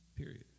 period